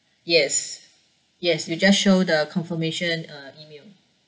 yes yes you just show the confirmation uh email